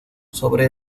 sobre